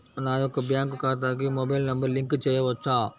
నా యొక్క బ్యాంక్ ఖాతాకి మొబైల్ నంబర్ లింక్ చేయవచ్చా?